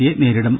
സിയെ നേരിടും